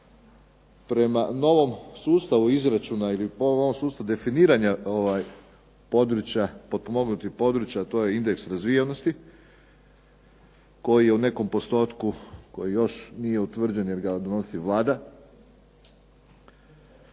ovom novom sustavu definiranja potpomognutih područja, to je indeks razvijenosti koji u nekom postotku koji još nije utvrđen jer ga donosi Vlada,